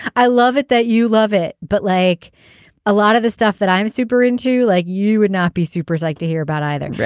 i love it that you love it. but like a lot of the stuff that i'm super into like you would not be super psyched to hear about either.